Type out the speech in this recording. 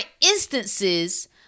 instances